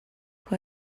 who